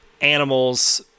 animals